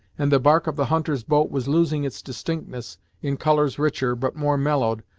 and the bark of the hunter's boat was losing its distinctness in colours richer, but more mellowed,